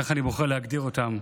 כך אני בוחר להגדיר אותם,